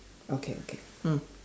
okay okay mm